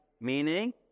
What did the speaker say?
Meaning